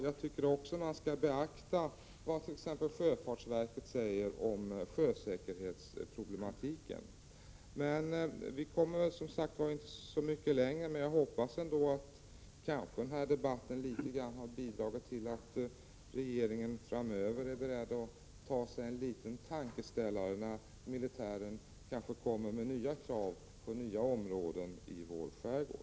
Jag tycker också att man skall beakta vad t.ex. sjöfartsverket säger om sjösäkerhetsproblematiken. Vi kommer som sagt inte så mycket längre. Jag hoppas ändock att denna debatt litet grand har bidragit till att regeringen framöver är beredd att ta sig en liten tankeställare, när militären kanske kommer med nya krav på områden i vår skärgård.